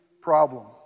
problem